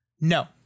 no